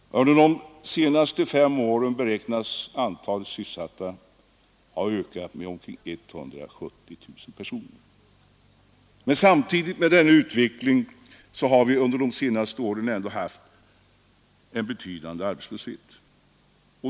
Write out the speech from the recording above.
Under de senaste fem åren beräknas antalet sysselsatta ha ökat med omkring 170 000 personer. Men samtidigt med denna utveckling har vi under de senaste åren ändå haft en betydande arbetslöshet.